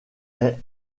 est